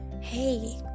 Hey